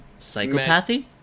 psychopathy